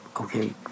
Okay